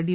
D